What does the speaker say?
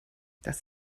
das